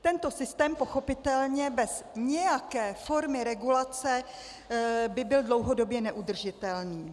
Tento systém pochopitelně bez nějaké formy regulace by byl dlouhodobě neudržitelný.